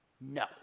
No